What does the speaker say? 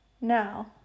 Now